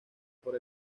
por